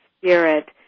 spirit